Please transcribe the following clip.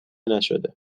نشده